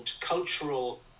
cultural